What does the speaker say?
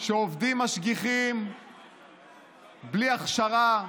שעובדים משגיחים בלי הכשרה,